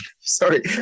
sorry